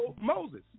Moses